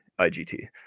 IGT